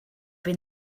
been